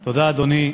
תודה, אדוני.